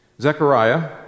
Zechariah